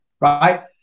right